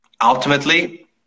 ultimately